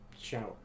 shower